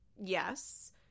Yes